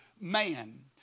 man